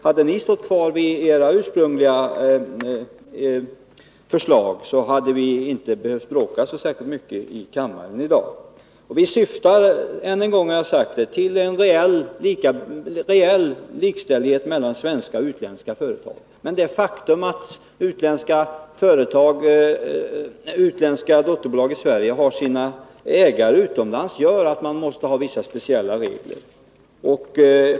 Hade ni stått kvar vid ert ursprungliga förslag, hade vi inte behövt bråka så särskilt mycket i kammaren i dag. Vi syftar — och jag vill ha sagt det ännu en gång — till en reell likställighet mellan svenska och utländska företag. Men det faktum att utländska dotterbolag i Sverige har sina ägare utomlands medför att det måste finnas vissa speciella regler.